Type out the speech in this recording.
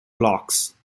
lochs